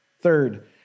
Third